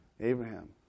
Abraham